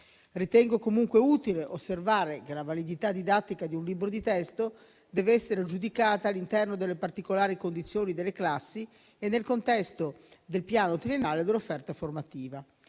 Ritengo comunque utile osservare che la validità didattica di un libro di testo deve essere aggiudicata all'interno delle particolari condizioni delle classi e nel contesto del piano triennale dell'offerta formativa.